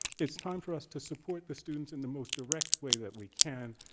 it's time for us to support the students in the most direct way that we can,